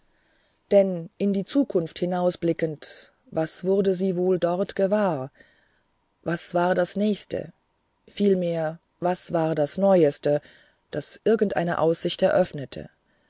denn in die zukunft hinausblickend was wurde sie wohl dort gewahr was war das nächste vielmehr was war das neueste das irgendeine aussicht eröffnete